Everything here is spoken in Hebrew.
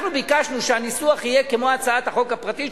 אנחנו ביקשנו שהניסוח יהיה כמו הצעת החוק הפרטית,